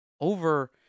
over